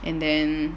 and then